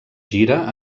gira